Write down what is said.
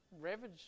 ravage